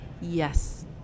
yes